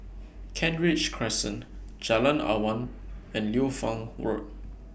Kent Ridge Crescent Jalan Awan and Liu Fang Road